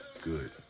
good